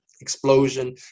explosion